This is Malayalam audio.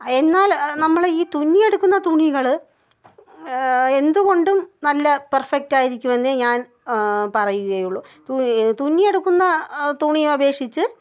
എന്നാൽ നമ്മൾ ഈ തുന്നി എടുക്കുന്ന തുണികൾ എന്തുകൊണ്ടും നല്ല പെർഫെക്റ്റ് ആയിരിക്കും എന്നേ ഞാൻ പറയുകയുള്ളൂ തുന്നിയെടുക്കുന്ന തുണി അപേക്ഷിച്ച്